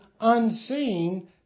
unseen